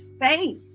faith